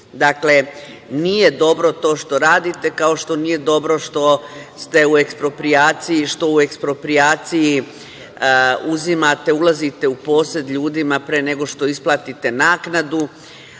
nije dobro to što radite, kao što nije dobro što ste u eksproprijaciji, što u eksproprijaciji uzimate, ulazite u posed ljudima pre nego što isplatite naknadu. Vi,